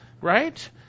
Right